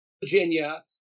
Virginia